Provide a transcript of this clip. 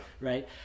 Right